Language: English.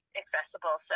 accessible